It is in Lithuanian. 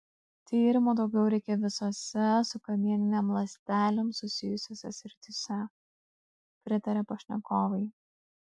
tyrimų daugiau reikia visose su kamieninėm ląstelėm susijusiose srityse pritaria pašnekovai